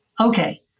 okay